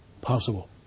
possible